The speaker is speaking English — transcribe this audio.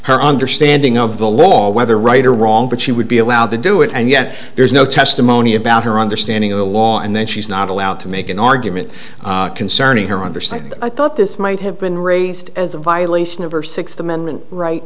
her understanding of the law whether right or wrong but she would be allowed to do it and yet there's no testimony about her understanding of the law and then she's not allowed to make an argument concerning her on her side but i thought this might have been raised as a violation of her sixth amendment right